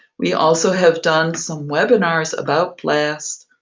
we also have done some webinars about blast